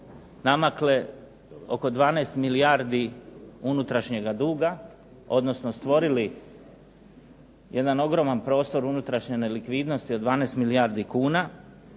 namakle oko 12 milijardi unutrašnjega duga, odnosno stvorili jedan ogroman prostor unutrašnje nelikvidnosti od 12 milijardi kuha.